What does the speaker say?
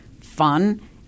fun